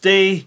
Day